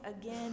again